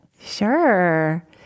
Sure